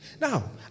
Now